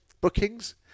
bookings